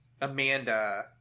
Amanda